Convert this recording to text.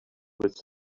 with